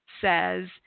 says